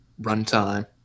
runtime